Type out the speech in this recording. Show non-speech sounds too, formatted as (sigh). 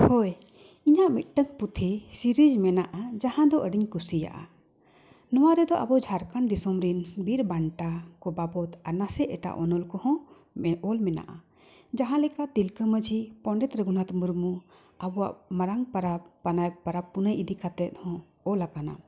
ᱦᱳᱭ ᱤᱧᱟᱹᱜ ᱢᱤᱫᱴᱟᱝ ᱯᱩᱛᱷᱤ ᱢᱮᱱᱟᱜᱼᱟ ᱡᱟᱦᱟᱸ ᱫᱚ ᱟᱹᱰᱤᱧ ᱠᱩᱥᱤᱭᱟᱜᱼᱟ ᱱᱚᱣᱟ ᱨᱮᱫᱚ ᱟᱵᱚ ᱡᱷᱟᱲᱠᱷᱚᱸᱰ ᱫᱤᱥᱚᱢ ᱨᱮᱱ ᱵᱤᱨ ᱵᱟᱱᱴᱟ ᱠᱚ ᱵᱟᱵᱚᱫᱽ ᱟᱨ ᱱᱟᱥᱮ ᱮᱴᱟᱜ ᱚᱱᱚᱞ ᱠᱚᱦᱚᱸ ᱚᱞ ᱢᱮᱱᱟᱜᱼᱟ ᱡᱟᱦᱟᱸ ᱞᱮᱠᱟ ᱛᱤᱞᱠᱟᱹ ᱢᱟᱹᱡᱷᱤ ᱯᱚᱱᱰᱤᱛ ᱨᱚᱜᱷᱩᱱᱟᱛᱷ ᱢᱩᱨᱢᱩ ᱟᱵᱚᱣᱟᱜ ᱢᱟᱨᱟᱝ ᱯᱟᱨᱟᱵᱽ (unintelligible) ᱯᱟᱨᱟᱵᱽᱼᱯᱩᱱᱟᱹᱭ ᱤᱫᱤ ᱠᱟᱛᱮᱫ ᱦᱚᱸ ᱚᱞ ᱟᱠᱟᱱᱟ